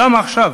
גם עכשיו,